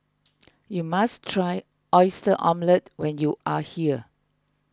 you must try Oyster Omelette when you are here